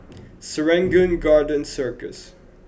Serangoon Garden Circus